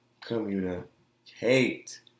communicate